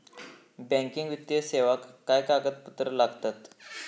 Banking वित्तीय सेवाक काय कागदपत्र लागतत?